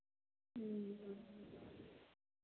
ह्म्म ह्म्म